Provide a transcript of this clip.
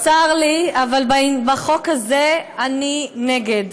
צר לי, אבל בחוק הזה אני נגד,